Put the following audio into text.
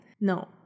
No